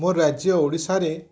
ମୋ ରାଜ୍ୟ ଓଡ଼ିଶାରେ